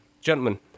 gentlemen